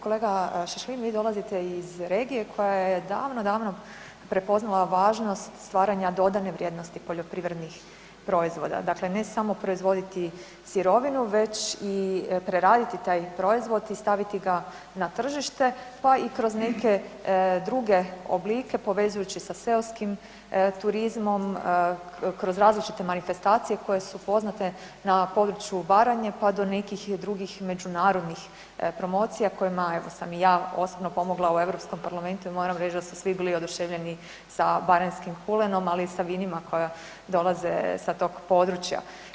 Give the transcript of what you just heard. Kolega Šašlin, vi dolazite iz regije koja je davno, davno prepoznala važnost stvaranja dodane vrijednosti poljoprivrednih proizvoda, dakle ne samo proizvoditi sirovinu već i preraditi taj proizvod i staviti ga na tržište pa i kroz neke druge oblike povezujući sa seoskim turizmom, kroz različite manifestacije koje su poznate na području Baranje pa do nekih drugih međunarodnih promocija kojima evo sam i ja osobno pomogla u Europskom parlamnetu i moram reći da su svi bili oduševljeni sa baranjskim kulenom, ali i sa vinima koja dolaze sa tog područja.